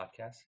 podcast